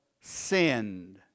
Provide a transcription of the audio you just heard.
sinned